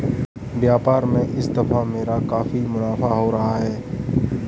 व्यापार में इस दफा मेरा काफी मुनाफा हो रहा है